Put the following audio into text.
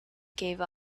gave